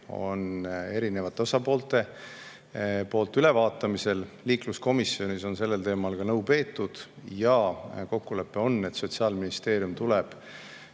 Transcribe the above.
erinevate osapoolte poolt ülevaatamisel. Liikluskomisjonis on sellel teemal ka nõu peetud ja kokkulepe on, et Sotsiaalministeerium tuleb